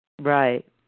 Right